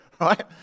right